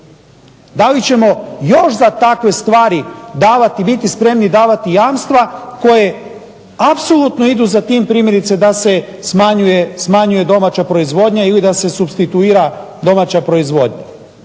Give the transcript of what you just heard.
Da li ćemo još za takve stvari davati i biti spremni davati jamstva koje apsolutno idu za tim primjerice da se smanjuje domaća proizvodnja ili da se supstituira domaća proizvodnja?